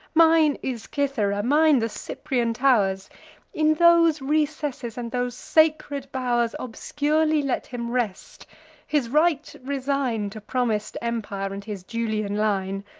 mine is cythera, mine the cyprian tow'rs in those recesses, and those sacred bow'rs, obscurely let him rest his right resign to promis'd empire, and his julian line.